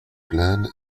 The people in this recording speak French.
pleine